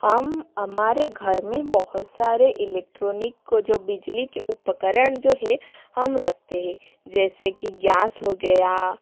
हम हमारे घर में बहुत सारे इलेक्ट्रोनिक को जो बिजली के उपकरण जो हैं हम रखते हैं जैसे कि गैस हो गया